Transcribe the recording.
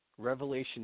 Revelation